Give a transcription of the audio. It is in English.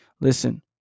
listen